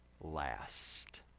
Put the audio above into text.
last